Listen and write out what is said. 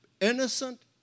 innocent